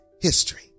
history